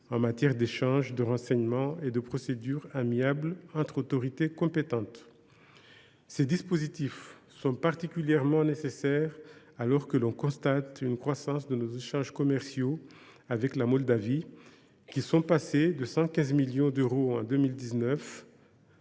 en matière d’échanges de renseignements et de procédure amiable entre autorités compétentes. Ces dispositifs sont particulièrement nécessaires alors que l’on constate une croissance de nos échanges commerciaux avec la Moldavie, qui sont passés de 115 millions d’euros en 2019